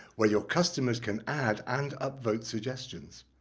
where your customers can add and upvote suggestions.